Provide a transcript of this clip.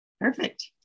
Perfect